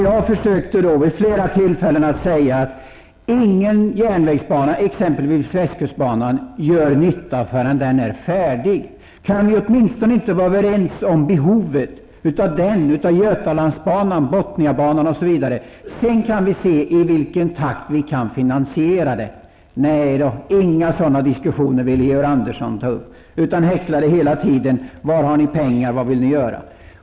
Jag försökte då vid flera tillfällen säga att ingen järnväg, exempelvis västkustbanan, gör nytta förrän den är färdig. Kan vi inte åtminstone vara överens om behovet av västkustbanan, av Götalandsbanan, av Bothniabanan, osv.? Sedan kan vi se i vilken takt vi kan finansiera det. Men nej, inga sådana diskussioner ville Georg Andersson ta upp utan häcklade oss hela tiden med frågor som: Var har ni pengar, vad vill ni göra?